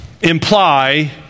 imply